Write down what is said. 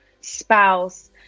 spouse